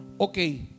Okay